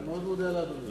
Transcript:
אני מודה מאוד לאדוני.